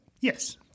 Yes